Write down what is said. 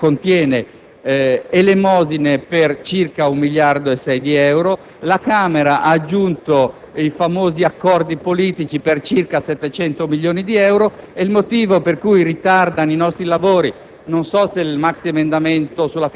trasmesso al Parlamento contiene elemosine per circa 1 miliardo e 600 milioni di euro; la Camera ha aggiunto i famosi accordi politici per circa 700 milioni di euro e il motivo per cui ritardano i nostri lavori